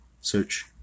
search